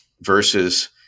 versus